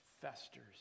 festers